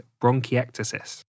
bronchiectasis